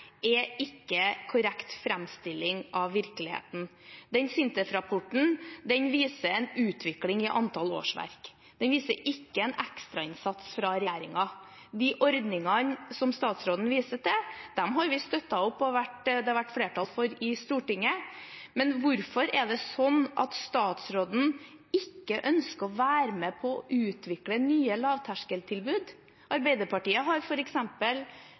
er ikke korrekt framstilling av virkeligheten. Den SINTEF-rapporten viser en utvikling i antall årsverk. Den viser ikke en ekstrainnsats fra regjeringen. De ordningene som statsråden viser til, har vi støttet opp om, og det har vært flertall for dem i Stortinget. Men hvorfor er det sånn at statsråden ikke ønsker å være med på å utvikle nye lavterskeltilbud? Arbeiderpartiet har